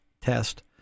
test